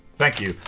thank you,